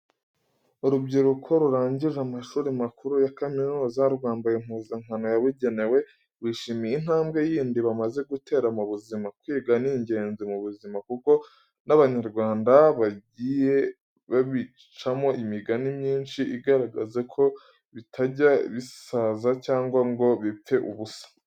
Urubyiruko rurangije amashuri makuru ya kaminuza rwambaye impuzankano yabugenewe, bishimiye intambwe yindi bamaze gutera mu buzima. Kwiga ni ingenzi mu buzima kuko n'Abanyarwanda bagiye babicamo imigani myinshi igaragaza ko bitajya bisaza cyangwa ngo bipfe ubusa.